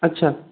আচ্ছা